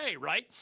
right